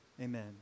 Amen